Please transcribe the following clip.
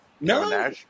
No